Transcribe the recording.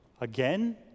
again